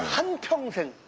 um told him